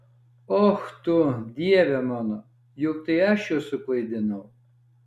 och tu dieve mano juk tai aš jus suklaidinau